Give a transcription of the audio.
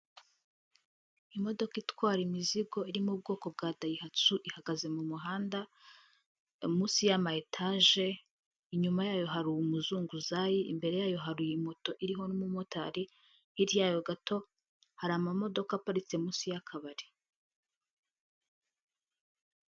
Imodoka itwara imizigo iri mu bwoko bwa deyihatsu ihagaze mu muhanda munsi y'ama etage inyuma yayo hari umuzunguzayi, imbere yayo hari moto iriho n'umumotari hirya yayo gato hari ama modoka aparitse munsi y'akabari.